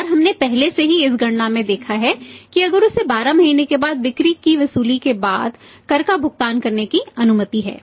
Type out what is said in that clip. और हमने पहले से ही इस गणना में देखा है कि अगर उसे 12 महीने के बाद बिक्री की वसूली के बाद कर का भुगतान करने की अनुमति है